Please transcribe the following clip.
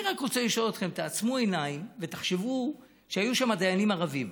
אני רק רוצה לשאול אתכם: תעצמו עיניים ותחשבו שהיו שם דיינים ערבים,